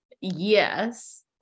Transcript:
Yes